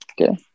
Okay